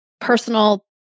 personal